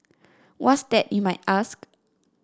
what's that you might ask